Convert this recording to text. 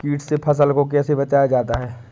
कीट से फसल को कैसे बचाया जाता हैं?